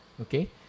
okay